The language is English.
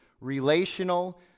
relational